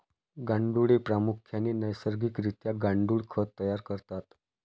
गांडुळे प्रामुख्याने नैसर्गिक रित्या गांडुळ खत तयार करतात